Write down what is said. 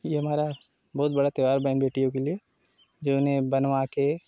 ये हमारा बहुत बड़ा त्यौहार बहन बेटियों के लिए जो इन्हें बनवा के